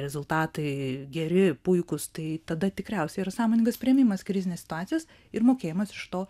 rezultatai geri puikūs tai tada tikriausiai yra sąmoningas priėmimas krizinės situacijos ir mokėjimas iš to